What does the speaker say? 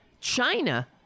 China